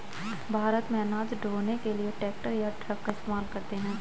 भारत में अनाज ढ़ोने के लिए ट्रैक्टर या ट्रक का इस्तेमाल करते हैं